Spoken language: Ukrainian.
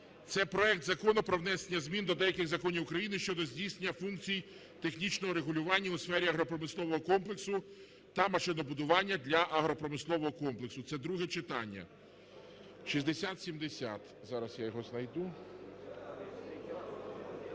Це проект Закону про внесення змін до деяких законів України щодо здійснення функцій технічного регулювання у сфері агропромислового комплексу та машинобудування для агропромислового комплексу (це друге читання). 6070. Зараз я його знайду.